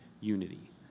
unity